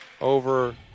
over